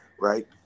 Right